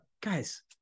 guys